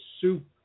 soup